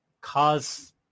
cause